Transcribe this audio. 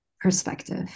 perspective